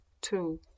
Two